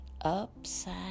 Upside